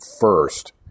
first